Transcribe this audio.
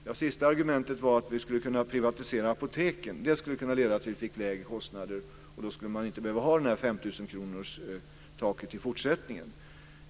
Det sista argumentet var att vi skulle kunna privatisera apoteken; det skulle kunna leda till att vi fick lägre kostnader, och då skulle man inte behöva ha det här femtusenkronorstaket i fortsättningen.